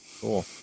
Cool